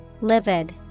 livid